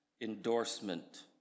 endorsement